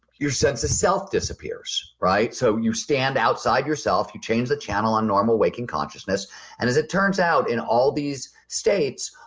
your sense of self disappears. so you stand outside yourself, you change the channel on normal waking consciousness and as it turns out, in all these states,